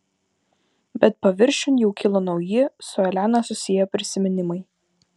bet paviršiun jau kilo nauji su elena susiję prisiminimai